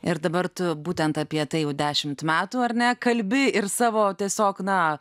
ir dabar tu būtent apie tai jau dešimt metų ar ne kalbi ir savo tiesiog na